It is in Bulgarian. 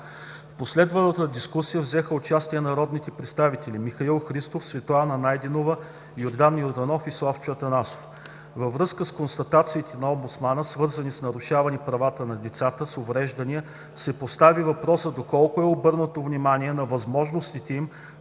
В последвалата дискусия взеха участие народните представители Михаил Христов, Светлана Найденова, Йордан Йорданов и Славчо Атанасов. Във връзка с констатациите на Омбудсмана, свързани с нарушаване правата на децата с увреждания, се постави въпросът доколко е обърнато внимание на възможностите им